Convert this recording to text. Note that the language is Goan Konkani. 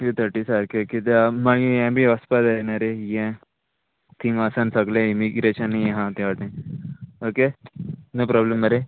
थ्री थटी सारके किद्या मागीर हें बी वसपा जाय न रे हें थिंगा वोसोन सगळें इमिग्रेशन हें आहा तें ओके नो प्रोब्लेम मरे